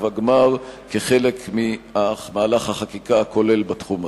הגמר כחלק ממהלך החקיקה הכולל בתחום הזה.